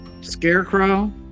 Scarecrow